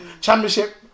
Championship